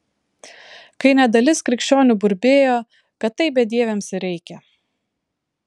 kai net dalis krikščionių burbėjo kad taip bedieviams ir reikia